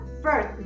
first